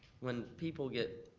when people get,